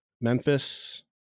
Memphis